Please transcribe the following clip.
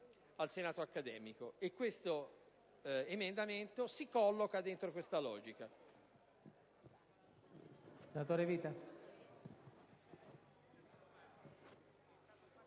al senato accademico. Questo emendamento si colloca proprio dentro questa logica.